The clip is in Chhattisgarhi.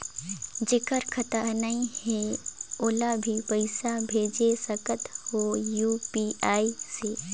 जेकर खाता नहीं है ओला भी पइसा भेज सकत हो यू.पी.आई से?